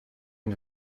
une